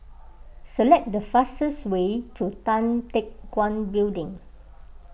select the fastest way to Tan Teck Guan Building